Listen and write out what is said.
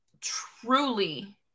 truly